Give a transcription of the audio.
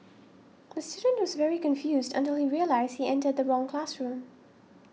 the student was very confused until he realised he entered the wrong classroom